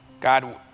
God